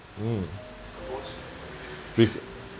mm we cou~